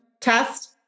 test